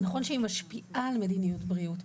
זה נכון שהיא משפיעה על מדיניות הבריאות,